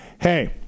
hey